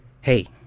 Hey